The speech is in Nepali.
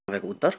तपाईँको उत्तर